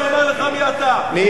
אני קורא לך פעם ראשונה, בן-ארי.